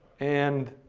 and,